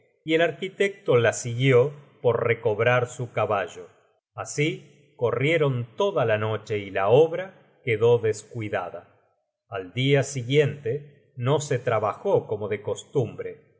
y el arquitecto la siguió por recobrar su caballo así corrieron toda la noche y la obra quedó descuidada al dia siguiente no se trabajó como de costumbre